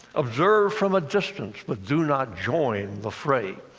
observe from a distance, but do not join the fray.